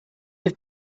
have